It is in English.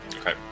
Okay